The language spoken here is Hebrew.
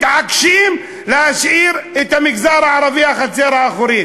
מתעקשים להשאיר את המגזר הערבי בחצר האחורית.